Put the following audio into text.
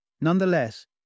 Nonetheless